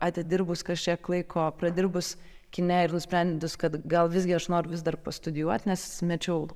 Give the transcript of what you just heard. atidirbus kažkiek laiko pradirbus kine ir nusprendus kad gal visgi aš noriu vis dar pastudijuot nes mečiau